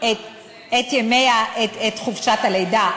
את חופשת הלידה.